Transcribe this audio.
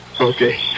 Okay